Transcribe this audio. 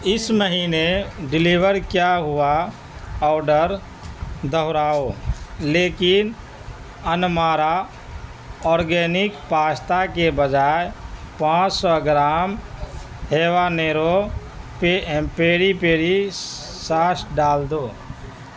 اس مہینے ڈلیور کیا ہوا آرڈر دوہراؤ لیکن انمارا اورگینک پاستا کے بجائے پانچ سو گرام ہیوانیرو پے پیری پیری سوس ڈال دو